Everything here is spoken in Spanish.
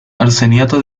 arseniato